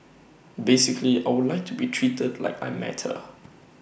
basically I would like to be treated like I matter